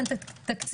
תודה רבה.